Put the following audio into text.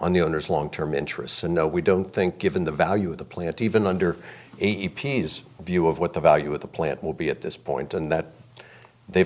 on the owners long term interests and no we don't think given the value of the plant even under a p s view of what the value of the plant will be at this point and that they